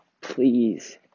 please